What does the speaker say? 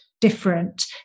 Different